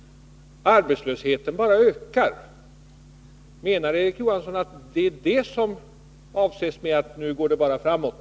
Arbetslösheten bara ökar. Är det detta, Erik Johansson, som avses med att ”nu går det framåt”?